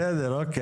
בסדר, אוקיי.